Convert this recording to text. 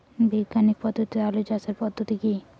বিজ্ঞানিক পদ্ধতিতে আলু চাষের পদ্ধতি?